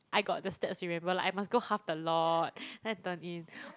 I got the stats remember like I must go half the lot then I turn in